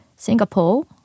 Singapore